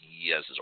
yes